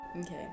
Okay